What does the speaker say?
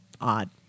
odd